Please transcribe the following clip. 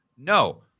No